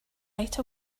right